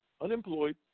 unemployed